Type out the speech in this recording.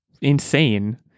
insane